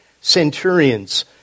centurions